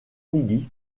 midi